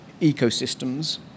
ecosystems